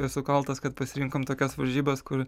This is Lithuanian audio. esu kaltas kad pasirinkom tokias varžybas kur